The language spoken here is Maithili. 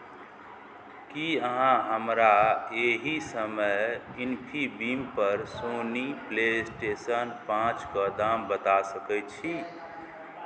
की अहाँ हमरा एहि समय इन्फीबीमपर सोनी प्ले स्टेशन पाँचके दाम बता सकैत छी